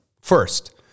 First